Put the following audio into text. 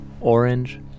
Orange